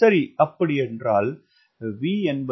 சரி அப்படியென்றால் V என்பது 1